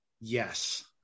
yes